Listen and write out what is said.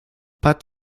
pat